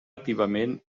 activament